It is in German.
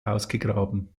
ausgegraben